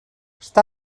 està